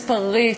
מספרית,